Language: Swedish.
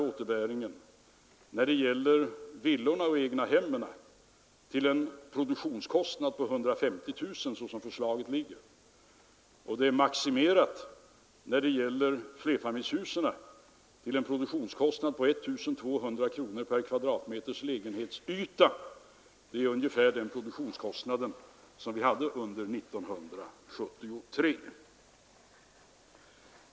Återbäringen blir när det gäller villorna och egnahemmen maximerad till en produktionskostnad på 150 000 kronor, såsom förslaget ligger, och den är när det gäller flerfamiljshusen maximerad till en produktionskostnad på 1 200 kronor per kvadratmeter lägenhetsyta. Det är ungefär den produktionskostnad som vi hade under 1973.